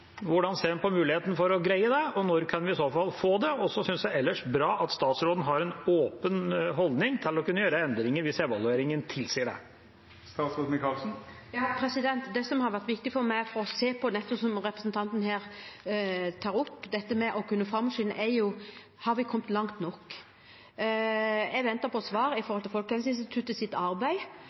Hvordan ser hun på muligheten for å greie det? Og når kan vi i så fall få det? Ellers synes jeg det er bra at statsråden har en åpen holdning til å kunne gjøre endringer hvis evalueringen tilsier det. Det som har vært viktig for meg å se på når det gjelder nettopp det som representanten Hagebakken her tar opp, dette med å kunne framskynde, er: Har vi kommet langt nok? Jeg venter på svar